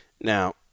Now